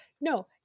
no